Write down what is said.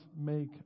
make